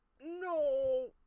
No